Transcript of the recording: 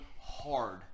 Hard